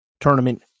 tournament